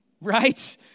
Right